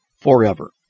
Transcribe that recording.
forever